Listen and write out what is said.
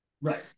Right